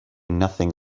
nothing